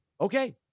Okay